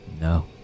No